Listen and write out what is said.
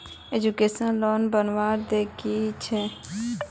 Education लोनेर ब्याज दर कि छे?